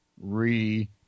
re